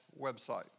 website